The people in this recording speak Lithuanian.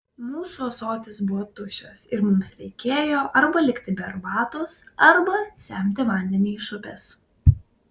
mūsų ąsotis buvo tuščias ir mums reikėjo arba likti be arbatos arba semti vandenį iš upės